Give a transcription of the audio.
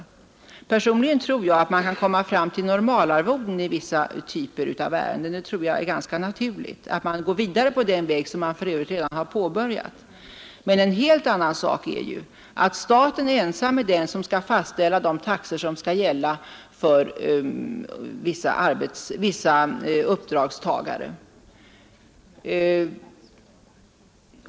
Personligen tror jag att man kan komma fram till normalarvoden i vissa typer av ärenden. Jag tycker det är ganska naturligt att man går vidare på den väg som man för övrigt redan har påbörjat. Jag vill också i det sammanhanget ta upp en annan fråga, nämligen principfrågan om vem som skall fastställa taxorna. Enligt förslaget skall staten ensam fastställa de taxor som skall gälla för vissa uppdragstagare.